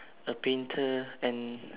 a painter and